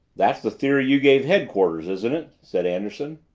that's the theory you gave headquarters, isn't it? said anderson.